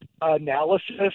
analysis